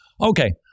Okay